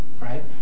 right